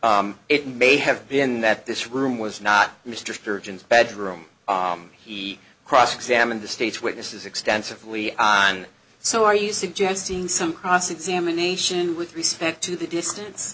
that it may have been that this room was not mr spurgeon bedroom he cross examined the state's witnesses extensively on so are you suggesting some cross examination with respect to the distance